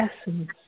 essence